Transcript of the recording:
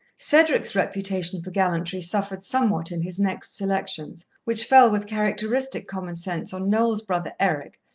cedric's reputation for gallantry suffered somewhat in his next selections, which fell with characteristic common sense on noel's brother eric,